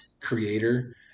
creator